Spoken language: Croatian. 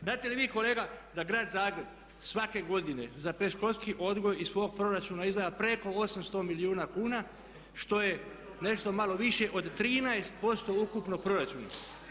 Znate li vi kolega da grad Zagreb svake godine za predškolski odgoj iz svog proračuna izdvaja preko 8020 milijuna kuna što je nešto malo više od 13% ukupnog proračuna.